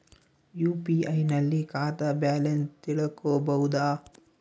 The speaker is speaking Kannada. ಯು.ಪಿ.ಐ ನಲ್ಲಿ ಖಾತಾ ಬ್ಯಾಲೆನ್ಸ್ ತಿಳಕೊ ಬಹುದಾ?